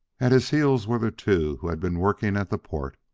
at his heels were the two who had been working at the port.